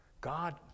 God